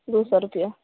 दू सए रुपिआ